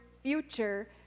future